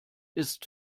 ist